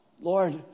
Lord